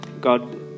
God